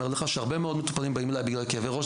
אני אומר לך שהרבה מאוד מטופלים באים אליי בגלל כאבי ראש,